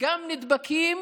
נדבקים